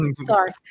Sorry